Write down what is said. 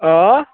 آ